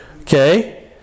Okay